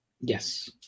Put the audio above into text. Yes